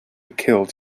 killed